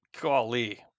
golly